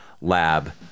Lab